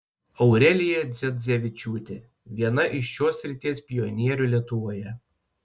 aurelija dzedzevičiūtė viena iš šios srities pionierių lietuvoje